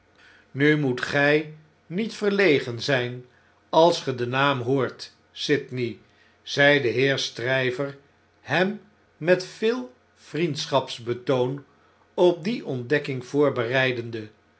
nu moet gj niet verlegen zp als ge den naam hoort sydney zei de heer stryver hem met veel vriendschapsbetoon op die ontdekking voorbereidende